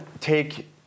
take